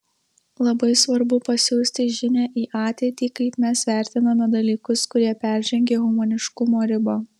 labai svarbu pasiųsti žinią į ateitį kaip mes vertiname dalykus kurie peržengė humaniškumo ribą